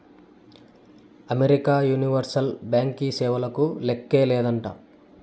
America universal బ్యాంకీ సేవలకు లేక్కే లేదంట